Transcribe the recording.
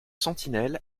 sentinelles